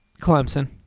Clemson